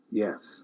yes